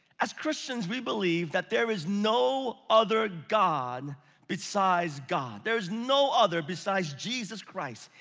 as christians we believe that there is no other god besides god. there is no other besides jesus christ.